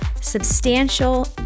substantial